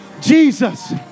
Jesus